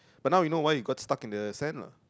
but now we know why it got stuck in the sand lah